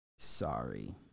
Sorry